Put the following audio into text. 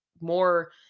more